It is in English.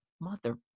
Mother